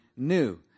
New